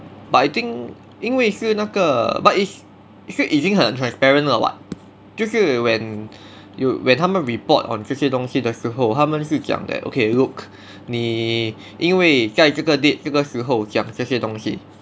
but I think 因为是那个 but is 是已经很 transparent 了 [what] 就是 when you when 他们 report on 这些东西的时候他们是讲 that okay look 你因为在这个这个时候讲这些东西